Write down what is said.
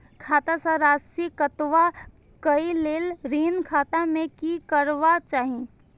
खाता स राशि कटवा कै लेल ऋण खाता में की करवा चाही?